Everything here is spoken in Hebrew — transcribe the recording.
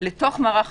לדגום אותם